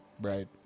Right